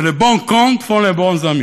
Les bons comptes font les bons amis,